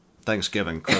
Thanksgiving